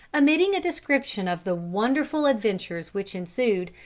omitting a description of the wonderful adventures which ensued,